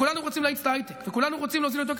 כולנו רוצים להאיץ את ההייטק,